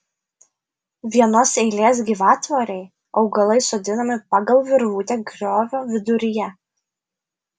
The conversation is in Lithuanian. vienos eilės gyvatvorei augalai sodinami pagal virvutę griovio viduryje